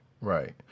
right